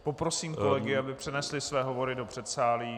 Poprosím kolegy, aby přenesli své hovory do předsálí.